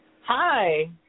Hi